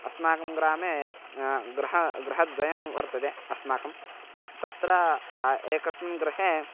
अस्माकं ग्रामे गृहः गृहद्वयं वर्तते अस्माकं तत्र एकस्मिन् गृहे